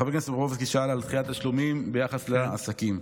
דחיית תשלומים ביחס לעסקים.